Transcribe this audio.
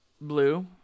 Blue